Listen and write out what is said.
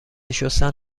شستن